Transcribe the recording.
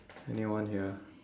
anyone here